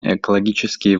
экологические